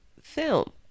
film